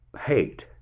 hate